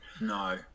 No